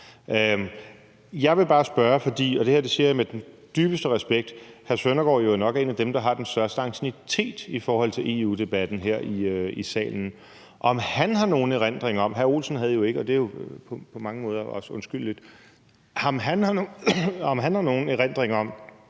Jeg vil bare spørge, fordi, og det her siger jeg med den dybeste respekt, hr. Søren Søndergaard jo nok er en af dem, der har den største anciennitet i EU-debatten her i salen, om han har nogen erindring om – hr. Mads Olsen havde jo ikke, og det er jo på mange måder også undskyldeligt – at danske japartier